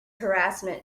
harassment